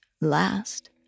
last